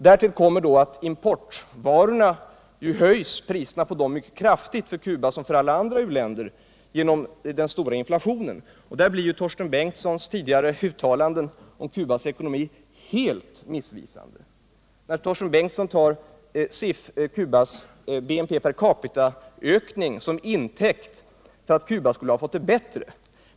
Därtill kommer att priserna på importvaror höjs mycket kraftigt för Cuba som för alla andra u-länder genom den stora inflationen. Torsten Bengtsons tidigare uttalanden om Cubas ekonomi blir därför helt missvisande. Han tar Cubas ökning av BNP per capita till intäkt för att Cuba fått det bättre.